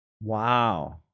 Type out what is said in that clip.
Wow